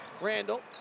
Randall